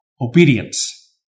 obedience